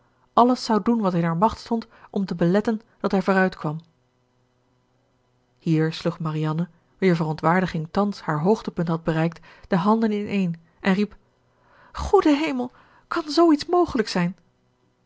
alles zou doen wat in haar macht stond om te beletten dat hij vooruit kwam hier sloeg marianne wier verontwaardiging thans haar hoogtepunt had bereikt de handen ineen en riep goede hemel kan zoo iets mogelijk zijn